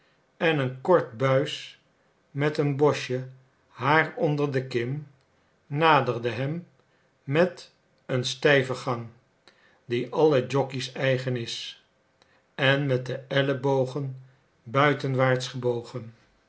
en een kort buis met een bosje haar onder de kin naderde hem met den stijven gang die allen jockeys eigen is en met de ellebogen buitenwaarts gebogen